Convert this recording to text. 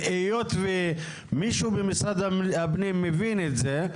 היות ומישהו במשרד הפנים מבין את זה,